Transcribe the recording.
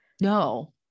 No